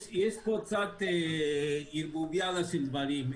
יש פה קצת ערבוביה של דברים.